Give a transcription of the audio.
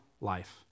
life